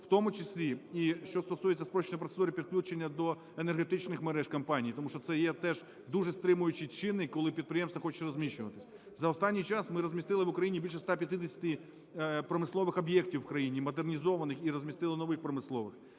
в тому числі і, що стосується спрощеної процедури підключення до енергетичних мереж компаній, тому що це є теж дуже стримуючий чинник, коли підприємство хоче розміщуватись. За останній час ми розмістили в Україні більше 150 промислових об'єктів в країні, модернізованих, і розмістили нових промислових,